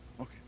Okay